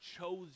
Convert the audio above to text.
chose